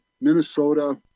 Minnesota